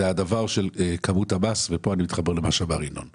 בדבריי מתייחס לכמות המס וכאן אני מתחבר לדבריו של ינון אזולאי.